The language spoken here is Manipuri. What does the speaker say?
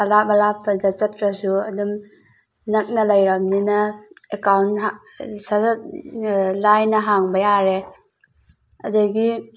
ꯑꯂꯥꯞ ꯑꯂꯥꯞꯄꯗ ꯆꯠꯇ꯭ꯔꯁꯨ ꯑꯗꯨꯝ ꯅꯛꯅ ꯂꯩꯔꯕꯅꯤꯅ ꯑꯦꯀꯥꯎꯟ ꯁꯠ ꯁꯠ ꯂꯥꯏꯅ ꯍꯥꯡꯕ ꯌꯥꯔꯦ ꯑꯗꯒꯤ